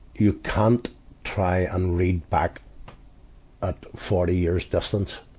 you can't try and read back at forty years distance